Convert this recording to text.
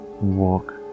walk